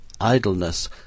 Idleness